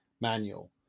manual